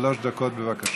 שלוש דקות, בבקשה.